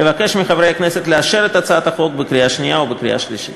אבקש מחברי הכנסת לאשר את הצעת החוק בקריאה השנייה ובקריאה השלישית.